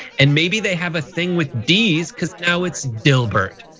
and maybe they have a thing with d's cause now it's dilbert.